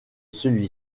celui